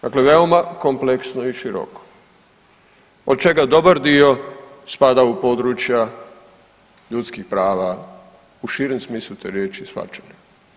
Dakle, veoma kompleksno i široko od čega dobar dio spada u područja ljudskih prava u širem smislu te riječi i shvaćanja.